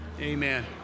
Amen